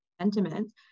sentiment